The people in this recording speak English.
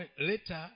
later